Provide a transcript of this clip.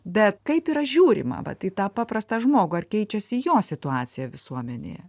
bet kaip yra žiūrima vat į tą paprastą žmogų ar keičiasi jo situacija visuomenėje